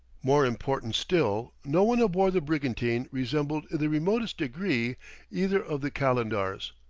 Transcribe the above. more important still, no one aboard the brigantine resembled in the remotest degree either of the calendars,